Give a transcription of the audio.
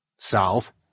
South